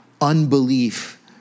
unbelief